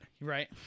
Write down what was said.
Right